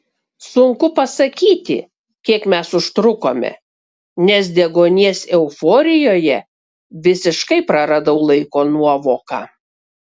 sunku pasakyti kiek mes užtrukome nes deguonies euforijoje visiškai praradau laiko nuovoką